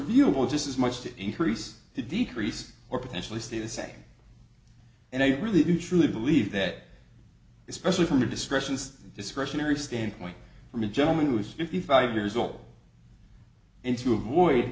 reviewable just as much to increase the decrease or potentially stay the same and i really do truly believe that especially from the discretions discretionary standpoint from a gentleman who is fifty five years old and to avoid